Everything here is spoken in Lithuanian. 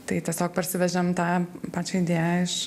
tai tiesiog parsivežėm tą pačią idėją iš